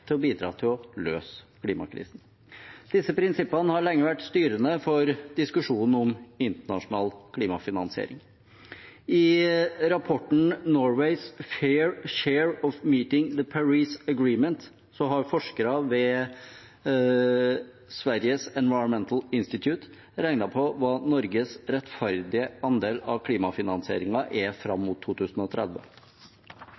til å bidra til å løse klimakrisen. Disse prinsippene har lenge vært styrende for diskusjonen om internasjonal klimafinansiering. I rapporten Norway’s Fair Share of meeting the Paris agreement har forskere ved Stockholm Environment Institute regnet på hva Norges rettferdige andel av klimafinansieringen er fram